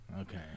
Okay